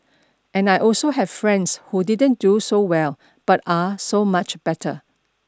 and I also have friends who didn't do so well but are so much better